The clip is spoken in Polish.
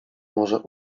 może